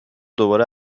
دوباره